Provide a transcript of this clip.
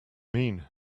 mean